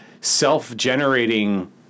self-generating